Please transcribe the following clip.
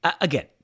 Again